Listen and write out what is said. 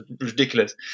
ridiculous